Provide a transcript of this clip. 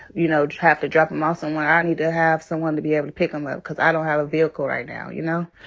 you know, i have to drop them off somewhere, i i ah need to have someone to be able to pick them up because i don't have a vehicle right now, you know?